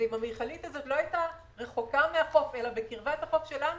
זה אם המכלית הזאת לא הייתה רחוקה מהחוף אלא בקרבת החוף שלנו,